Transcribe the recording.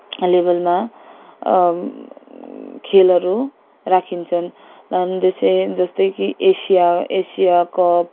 लेभेलमा खेलहरू राखिन्छन् जस्तै जस्तै कि एसिया एसिया कप